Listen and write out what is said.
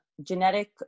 genetic